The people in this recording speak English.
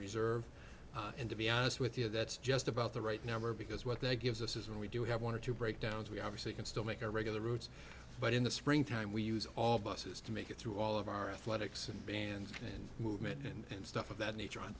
reserve and to be honest with you that's just about the right number because what they gives us is when we do have one or two breakdowns we obviously can still make our regular roads but in the springtime we use all buses to make it through all of our athletics and bands and movement and stuff of that nature on